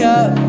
up